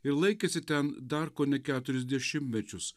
ir laikėsi ten dar kone keturis dešimtmečius